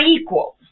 equal